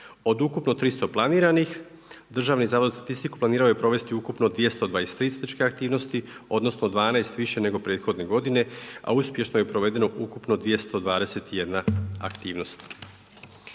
Od ukupno 300 planiranih Državni zavod za statistiku, planirao je provesti ukupno 223 statističke aktivnosti, odnosno 12 više nego prethodne godine, a uspješno je provedeno ukupno 221 aktivnost.